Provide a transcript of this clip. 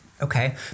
Okay